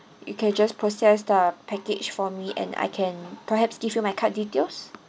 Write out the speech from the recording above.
you can just process the package for me and I can perhaps give you my card details